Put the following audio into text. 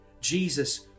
Jesus